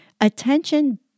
attention